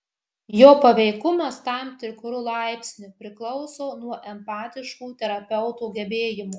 jo paveikumas tam tikru laipsniu priklauso nuo empatiškų terapeuto gebėjimų